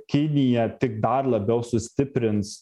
kinija tik dar labiau sustiprins